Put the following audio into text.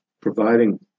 providing